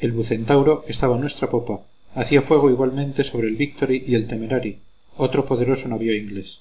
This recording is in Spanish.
el bucentauro que estaba a nuestra popa hacía fuego igualmente sobre el victory y el temerary otro poderoso navío inglés